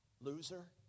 loser